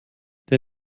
der